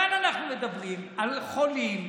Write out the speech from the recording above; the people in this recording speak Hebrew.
כאן אנחנו מדברים על חולים,